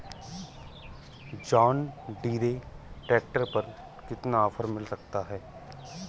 John Deere tractor पर कितना offer मिल सकता है?